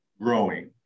growing